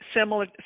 Similar